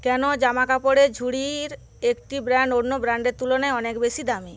কেন জামাকাপড়ের ঝুড়ির একটি ব্র্যান্ড অন্য ব্র্যান্ডের তুলনায় অনেক বেশি দামি